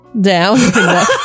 down